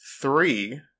three